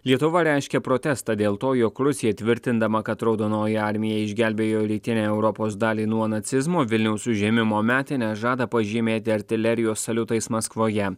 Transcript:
lietuva reiškia protestą dėl to jog rusija tvirtindama kad raudonoji armija išgelbėjo rytinę europos dalį nuo nacizmo vilniaus užėmimo metines žada pažymėti artilerijos saliutais maskvoje